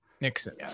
Nixon